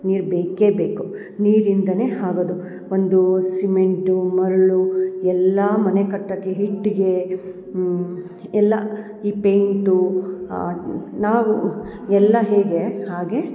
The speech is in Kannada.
ನೀರು ಬೇಕೇ ಬೇಕು ನೀರಿಂದನೇ ಆಗೋದು ಒಂದು ಸಿಮೆಂಟು ಮರಳು ಎಲ್ಲಾ ಮನೆ ಕಟ್ಟಕೆ ಹಿಟ್ಟಿಗೆ ಎಲ್ಲ ಈ ಪೈಂಟು ನಾವು ಎಲ್ಲ ಹೇಗೆ ಹಾಗೆ